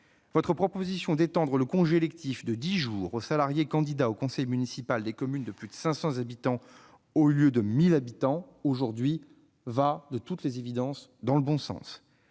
votre proposition d'étendre le congé électif de dix jours aux salariés candidats au conseil municipal des communes de plus de 500 habitants, au lieu de 1 000 aujourd'hui, va de toute évidence dans le bon sens.